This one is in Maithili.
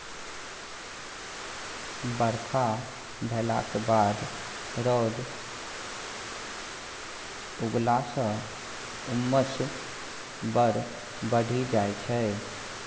बरखा भेलाक बाद रौद उगलाँ सँ उम्मस बड़ बढ़ि जाइ छै